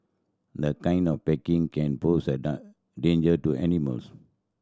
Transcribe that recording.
this kind of packaging can pose a danger to animals